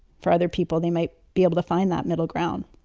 for other people, they may be able to find that middle ground